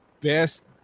best